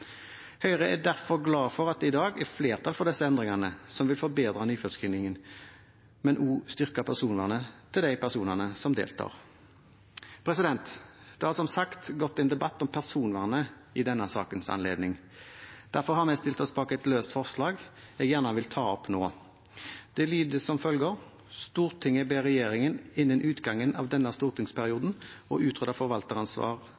Høyre er derfor glad for at det i dag er flertall for disse endringene, som vil forbedre nyfødtscreeningen, men også styrke personvernet til de personene som deltar. Det har som sagt gått en debatt om personvernet i denne sakens anledning. Derfor har vi stilt oss bak et løst forslag, som jeg gjerne vil ta opp nå. Det lyder som følger: «Stortinget ber regjeringen, innen utgangen av denne